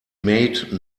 made